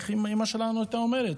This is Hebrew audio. איך אימא שלנו הייתה אומרת,